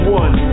one